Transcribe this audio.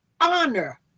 Honor